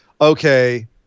okay